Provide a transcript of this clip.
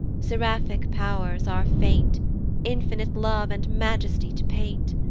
seraphic pow'rs are faint infinite love and majesty to paint.